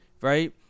right